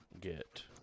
get